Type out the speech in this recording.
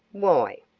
why?